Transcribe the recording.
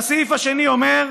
והסעיף השני אומר: